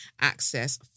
access